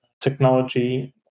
technology